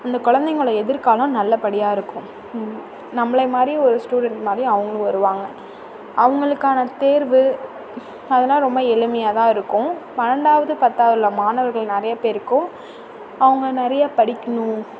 அந்த கொலந்தைகளோட எதிர்காலம் நல்லபடியாக இருக்கும் நம்மளை மாதிரி ஒரு ஸ்டூடெண்ட் மாதிரி அவங்களும் வருவாங்க அவங்களுக்கான தேர்வு அதெல்லாம் ரொம்ப எளிமையாக தான் இருக்கும் பன்னெண்டாவது பத்தாவதில் மாணவர்கள் நிறைய பேருக்கும் அவங்க நிறைய படிக்கணும்